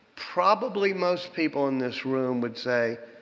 probably most people in this room would say,